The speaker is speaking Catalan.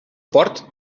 port